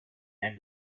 and